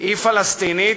היא פלסטינית,